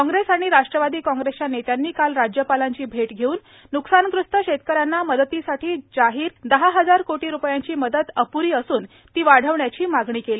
काँग्रेस आणि राष्ट्रवादी काँग्रेसच्या नेत्यांनी काल राज्यपालांची भेट घेऊन न्कसानग्रस्त शेतकऱ्यांना मदतीसाठी जाहीर दहाहजार कोटी रुपयांची मदत अप्री असून ती वाढवण्याची मागणी केली